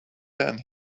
then